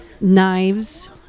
knives